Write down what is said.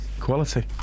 Quality